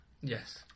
Yes